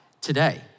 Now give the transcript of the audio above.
today